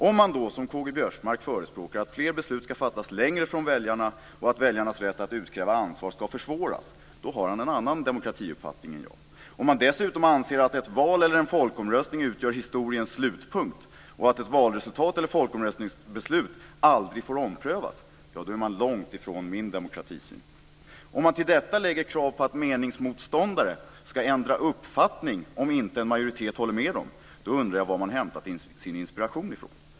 Om då, som K-G Biörsmark förespråkar, fler beslut ska fattas längre från väljarna och väljarnas rätt att utkräva ansvar ska försvåras, har han en annan demokratiuppfattning än jag. Om han dessutom anser att ett val eller en folkomröstning utgör historiens slutpunkt och att ett valresultat eller folkomröstningsbeslut aldrig får omprövas är han långt ifrån min demokratisyn. Om han till detta lägger krav på att meningsmotståndare ska ändra uppfattning om inte en majoritet håller med honom undrar jag var han har hämtat sin inspiration från.